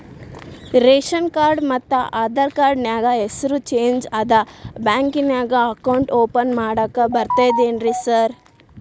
Ration card ಮತ್ತ Aadhaar card ನ್ಯಾಗ ಹೆಸರು ಚೇಂಜ್ ಅದಾ ಬ್ಯಾಂಕಿನ್ಯಾಗ ಅಕೌಂಟ್ ಓಪನ್ ಮಾಡಾಕ ಬರ್ತಾದೇನ್ರಿ ಸಾರ್?